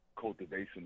cultivation